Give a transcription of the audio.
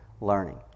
learning